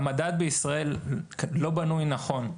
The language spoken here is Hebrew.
המדד בישראל לא בנוי נכון.